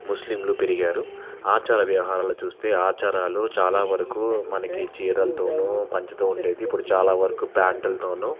ముస్లింలు పెరిగారు ఆచార వ్యవహారాలు చూస్తే ఆచారాలు చాలా వరకు మనకి చీరలతోనూ పంచతో ఉండేది ఇప్పుడు చాలా వరకు ప్యాంటులతోనూ